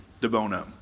DeBono